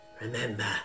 Remember